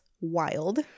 wild